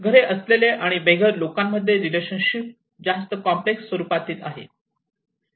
घरे असलेले आणि बेघर लोकांमध्ये रिलेशनशिप जास्त कॉम्प्लेक्स स्वरूपातील आहे